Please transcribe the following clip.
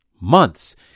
months